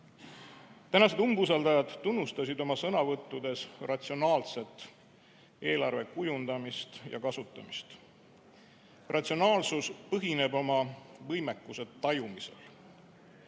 Tänased umbusaldajad tunnustasid oma sõnavõttudes ratsionaalset eelarve kujundamist ja kasutamist. Ratsionaalsus põhineb oma võimekuse tajumisel.